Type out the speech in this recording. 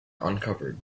uncovered